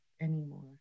anymore